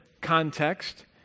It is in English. context